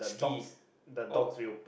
ski oh